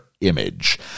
image